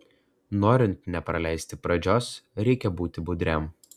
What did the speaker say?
norint nepraleisti pradžios reikia būti budriam